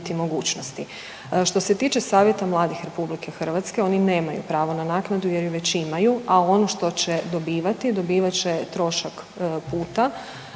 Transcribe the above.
Hrvatske